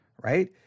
right